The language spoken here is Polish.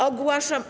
Ogłaszam.